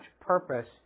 purpose